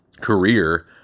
career